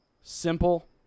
simple